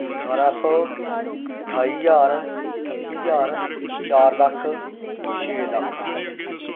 ਅਠਾਰ੍ਹਾਂ ਸੌ ਅਠਾਈ ਹਜ਼ਾਰ ਅਠੱਤੀ ਹਜ਼ਾਰ ਚਾਰ ਲੱਖ ਛੇ ਲੱਖ